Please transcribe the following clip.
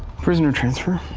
prisoner transfer.